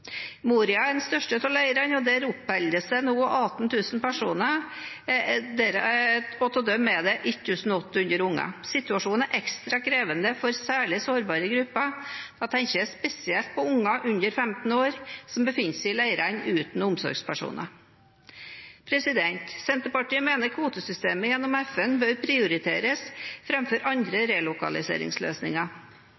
Moria er den største av leirene. Der oppholder det seg nå 18 000 personer, og av dem er det 1 800 unger. Situasjonen er ekstra krevende for særlig sårbare grupper, og da tenker jeg spesielt på unger under 15 år som befinner seg i leirene uten omsorgspersoner. Senterpartiet mener kvotesystemet gjennom FN bør prioriteres framfor andre